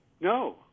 no